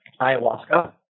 ayahuasca